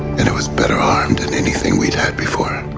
and it was better armed than anything we'd, had before.